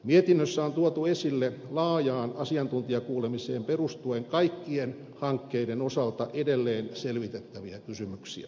mietinnössä on tuotu esille laajaan asiantuntijakuulemiseen perustuen kaikkien hankkeiden osalta edelleen selvitettäviä kysymyksiä